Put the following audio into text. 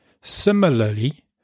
Similarly